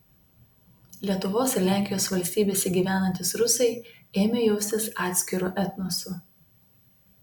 lietuvos ir lenkijos valstybėse gyvenantys rusai ėmė jaustis atskiru etnosu